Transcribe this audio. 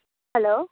hello